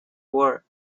war